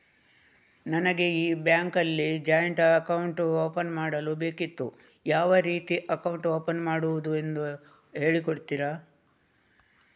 ನನಗೆ ಈ ಬ್ಯಾಂಕ್ ಅಲ್ಲಿ ಜಾಯಿಂಟ್ ಅಕೌಂಟ್ ಓಪನ್ ಮಾಡಲು ಬೇಕಿತ್ತು, ಯಾವ ರೀತಿ ಅಕೌಂಟ್ ಓಪನ್ ಮಾಡುದೆಂದು ಹೇಳಿ ಕೊಡುತ್ತೀರಾ?